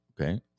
okay